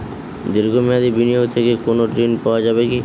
দীর্ঘ মেয়াদি বিনিয়োগ থেকে কোনো ঋন পাওয়া যাবে কী?